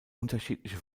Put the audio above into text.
unterschiedliche